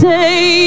Say